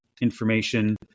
information